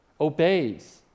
obeys